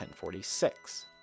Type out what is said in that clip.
1046